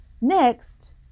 next